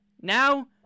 now